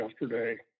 yesterday